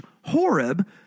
Horeb